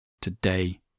Today